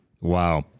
Wow